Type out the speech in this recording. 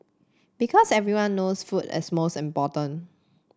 because everyone knows food is most important